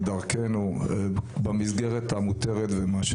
במסגרת המותרת.